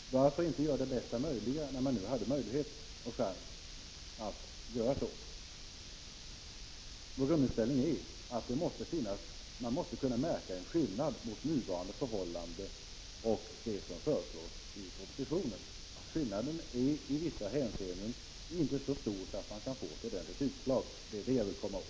Och varför inte göra bästa möjliga försök när man nu hade möjligheten och chansen? Vår grundinställning är att man måste kunna märka en skillnad mellan nuvarande förhållanden och det som föreslås i propositionen. Skillnaden är i vissa hänseenden inte så stor att vi kan få ett ordentligt utslag — det är vad vi vill komma åt.